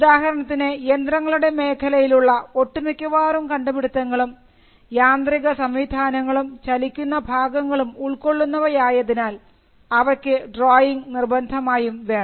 ഉദാഹരണത്തിന് യന്ത്രങ്ങളുടെ മേഖലയിലുള്ള ഒട്ടുമിക്കവാറും കണ്ടുപിടിത്തങ്ങളും യാന്ത്രിക സംവിധാനങ്ങളും ചലിക്കുന്ന ഭാഗങ്ങളും ഉൾക്കൊള്ളുന്നവയായതിനാൽ അവക്ക് ഡ്രോയിംഗ് നിർബന്ധമായും വേണം